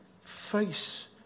face